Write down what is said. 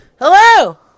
Hello